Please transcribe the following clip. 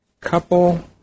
couple